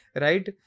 right